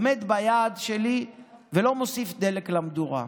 עומד ביעד שלי ולא מוסיף דלק למדורה.